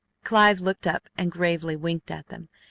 clive looked up and gravely winked at them,